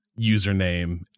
username